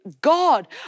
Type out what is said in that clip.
God